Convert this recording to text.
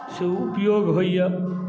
से उपयोग होइए